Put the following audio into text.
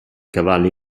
cavalli